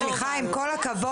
סליחה, מירב, סליחה, עם כל הכבוד.